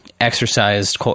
exercised